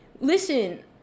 listen